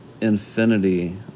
infinity